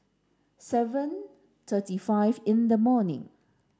seven thirty five in the morning